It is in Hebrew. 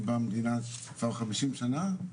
אני במדינה כבר 50 שנה,